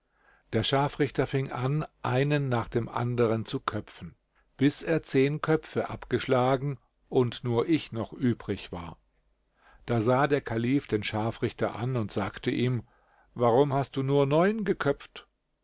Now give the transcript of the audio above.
der scharfrichter fing an einen nach dem anderen zu köpfen bis er zehn köpfe abgeschlagen und nur ich noch übrig war da sah der kalif den scharfrichter an und sagte ihm warum hast du nur neun geköpft